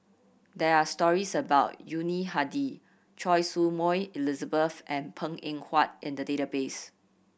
there are stories about Yuni Hadi Choy Su Moi Elizabeth and Png Eng Huat in the database